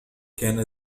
كان